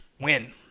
win